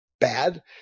bad